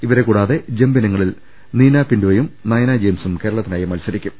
ഇവരെ കൂടാതെ ജംപ് ഇനങ്ങ ളിൽ നീനാ പിന്റോയും നയന ജെയിംസും കേരളത്തിനായി മത്സരിക്കും